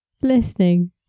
listening